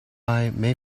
may